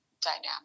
dynamic